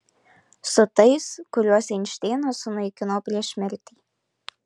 su tais kuriuos einšteinas sunaikino prieš mirtį